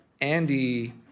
Andy